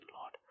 Lord